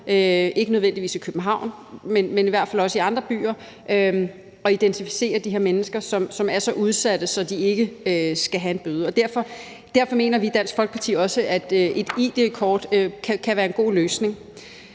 ikke nødvendigvis kun i København, men også i andre byer – at identificere de her mennesker, som er så udsatte, at de ikke skal have en bøde. Derfor mener vi i Dansk Folkeparti også, at et id-kort kan være en god løsning.